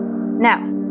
Now